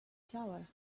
tower